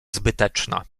zbyteczna